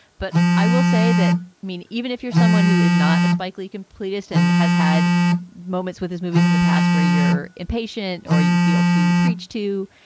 but i will say that, i mean, even if you're someone who is not a spike lee completist and has had moments with his movies in the past where you're impatient or you feel to preach to,